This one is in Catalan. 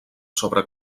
sobre